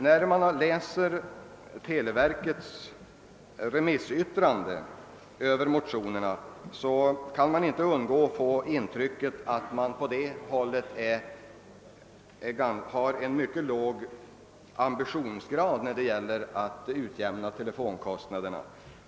Den som läser televerkets remissyttrande över motionerna kan inte undgå att få intrycket att man på det hållet har en mycket låg ambitionsgrad när det gäller att utjämna telefonkostnaderna.